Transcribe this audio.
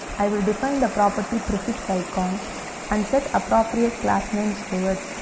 i will define the property prefixicon and set appropriate class names to it.